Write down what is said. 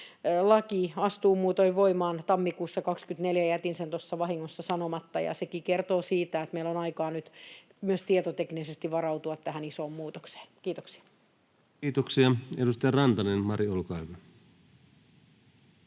Laki astuu muuten voimaan tammikuussa 24 — jätin sen tuossa vahingossa sanomatta — ja sekin kertoo siitä, että meillä on aikaa nyt myös tietoteknisesti varautua tähän isoon muutokseen. — Kiitoksia. Kiitoksia. — Edustaja Rantanen, Mari, olkaa